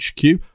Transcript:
HQ